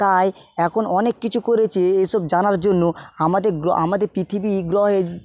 তাই এখন অনেক কিছু করেছে এসব জানার জন্য আমাদের আমাদের পৃথিবী গ্রহে